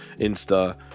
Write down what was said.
Insta